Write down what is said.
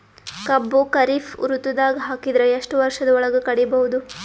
ಕಬ್ಬು ಖರೀಫ್ ಋತುದಾಗ ಹಾಕಿದರ ಎಷ್ಟ ವರ್ಷದ ಒಳಗ ಕಡಿಬಹುದು?